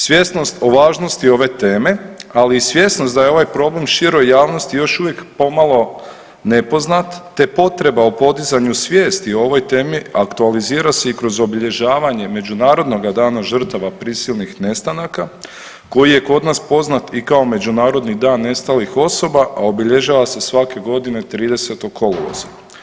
Svjesnost o važnosti ove teme, ali i svjesnost da je ovaj problem široj javnosti još uvijek pomalo nepoznat, te potreba o podizanju svijesti o ovoj temi aktualizira se i kroz obilježavanje Međunarodnoga dana žrtava prisilnih nestanaka koji je kod nas poznat i kao Međunarodni dan nestalih osoba, a obilježava se svake godine 30. kolovoza.